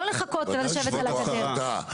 לא לחכות ולשבת על הגדר.